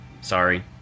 Sorry